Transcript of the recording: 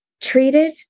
treated